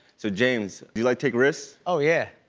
so james, do you like take risks? oh, yeah.